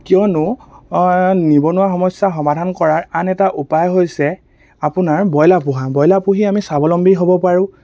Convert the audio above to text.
কিয়নো নিবনুৱা সমস্যা সমাধান কৰাৰ আন এটা উপায় হৈছে আপোনাৰ ব্ৰইলাৰ পোহা ব্ৰইলাৰ পুহি আমি স্বাৱলম্বী হ'ব পাৰোঁ